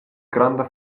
granda